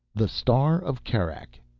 the star of kerak,